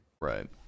Right